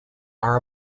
are